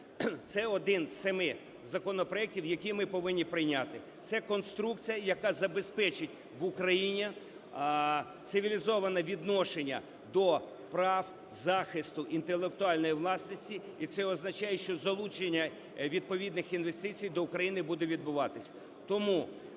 це один з семи законопроектів, які ми повинні прийняти. Це конструкція, яка забезпечить в Україні цивілізоване відношення до прав захисту інтелектуальної власності, і це означає, що залучення відповідних інвестицій до України буде відбуватись.